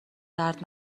درد